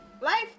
Life